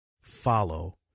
follow